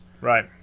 Right